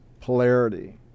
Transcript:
polarity